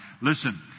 Listen